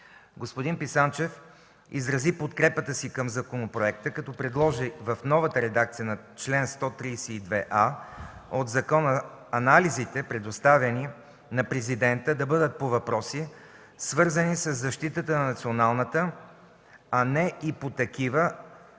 Господин Писанчев изрази подкрепата си към законопроекта, като предложи в новата редакция на чл. 132а от закона анализите, предоставяни на Президента, да бъдат по въпроси, свързани със защитата на националната, а не и по такива,